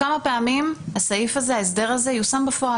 דיווח